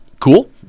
Cool